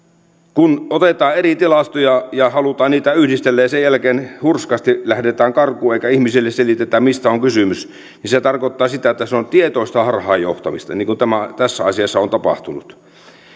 kun otetaan eri tilastoja ja halutaan niitä yhdistellä ja sen jälkeen hurskaasti lähdetään karkuun eikä ihmisille selitetä mistä on kysymys niin se tarkoittaa sitä että se on tietoista harhaan johtamista niin kuin tässä asiassa on tapahtunut